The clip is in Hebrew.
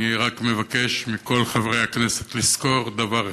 אני רק מבקש מכל חברי הכנסת לזכור דבר אחד: